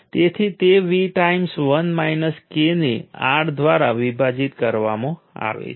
તેથી મેં ફક્ત મારી મૂળ એક્સપ્રેશન લેવાનું અને તેને ફરીથી ગોઠવવાનું કર્યું છે